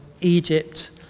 Egypt